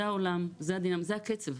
זה העולם, זה הקצב,